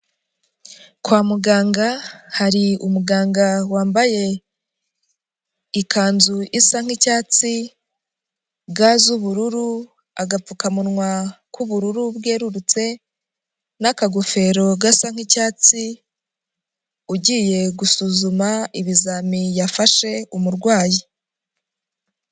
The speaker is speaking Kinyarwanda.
Kwa muganga hari umuganga wambaye ikanzu isa nk'icyatsi, ga z'ubururu, agapfukamunwa k'ubururu bwerurutse na'akagofero gasa nkicyatsi. Ugiye gusuzuma ibizamini yafashe umurwayi.